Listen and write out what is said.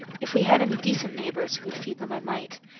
if we had any decent neighbors who would feed them i might,